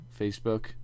Facebook